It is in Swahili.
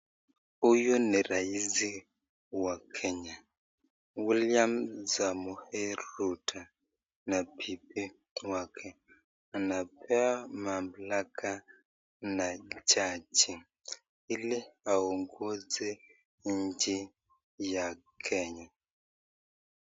Huyu ni raisi wa Kenya, William Samoei Ruto na bibi wake. Anapewa mamlaka na jaji ili aongozee nchi ya Kenya.